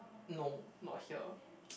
no not here